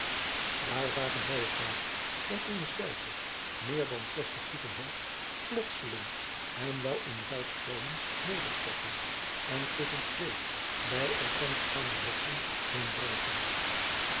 daar zagen zij het water van eene steilte meer dan zestig voeten hoog plotseling en wel in vijf stroomen nederstorten en tusschen twee bij elkander staande rotsen heen bruisen